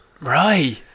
Right